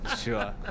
sure